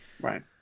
Right